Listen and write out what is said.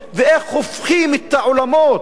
ואיך הופכים את העולמות,